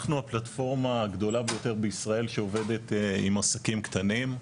אנחנו הפלטפורמה הגדולה ביותר בישראל שעובדת עם עסקים קטנים.